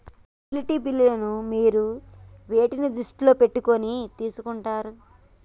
Utility బిల్లులను మీరు వేటిని దృష్టిలో పెట్టుకొని తీసుకుంటారు?